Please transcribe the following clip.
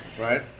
right